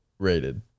rated